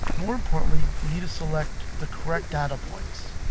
more importantly, we need to select the correct data points.